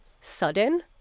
sudden